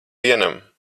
vienam